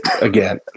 again